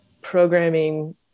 programming